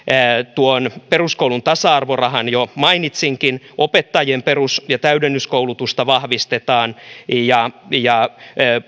peruskoulun tasa arvorahan jo mainitsinkin opettajien perus ja täydennyskoulutusta vahvistetaan ja ja